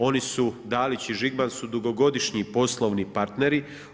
Oni su, Dalić i Žigman su dugogodišnji polovni partneri.